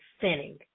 sinning